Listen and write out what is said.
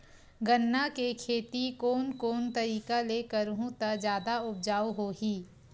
गन्ना के खेती कोन कोन तरीका ले करहु त जादा उपजाऊ होही?